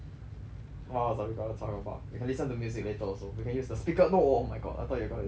what else are we gonna talk about we can listen to music later also we can use the speaker no oh my god I thought you gonna put the tissue up in